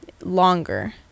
longer